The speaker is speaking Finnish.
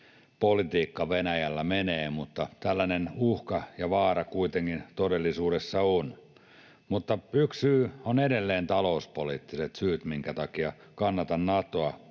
politiikka Venäjällä menee, mutta tällainen uhka ja vaara kuitenkin todellisuudessa on. Mutta yksi syy, minkä takia kannatan Natoa,